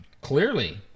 clearly